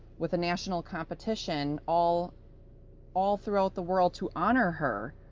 with a national competition all all throughout the world to honor her.